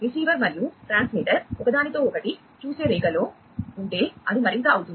receiver మరియు transmitter ఒకదానితోఒకటి చూసే రేఖలో ఉంటే అది మరింత అవుతుంది